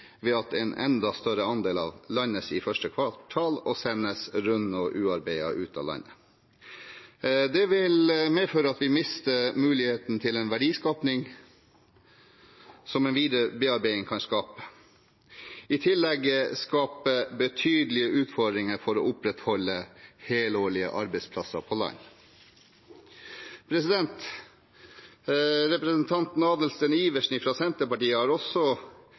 ved at en enda større andel landes i første kvartal og sendes rund og ubearbeidet ut av landet. Det vil medføre at vi mister muligheten til en verdiskaping som en videre bearbeiding kan skape. I tillegg skaper det betydelige utfordringer for å opprettholde helårlige arbeidsplasser på land. Representanten Adelsten Iversen fra Senterpartiet har også